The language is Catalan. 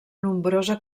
nombrosa